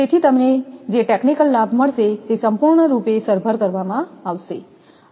તેથી તમને જે ટેકનિકલ લાભ મળશે તે સંપૂર્ણ રૂપે સરભર કરવામાં આવશે